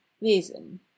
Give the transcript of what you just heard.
wesen